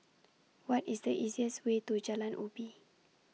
What IS The easiest Way to Jalan Ubi